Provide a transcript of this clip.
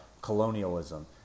colonialism